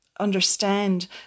understand